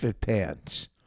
pants